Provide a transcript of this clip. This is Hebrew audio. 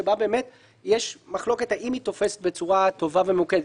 שבה באמת יש מחלוקת האם היא תופסת בצורה טובה וממוקדת.